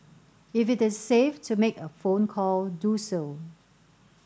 if it is safe to make a phone call do so